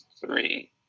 three